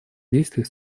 действий